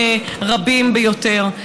רבים ביותר,